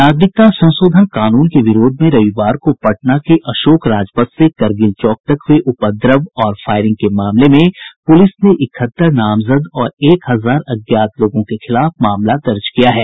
नागरिकता संशोधन कानून के विरोध में रविवार को पटना के अशोक राजपथ से करगिल चौक तक हुए उपद्रव और फायरिंग के मामले में पूलिस ने इकहत्तर नामजद और एक हजार अज्ञात लोगों के खिलाफ मामला दर्ज किया है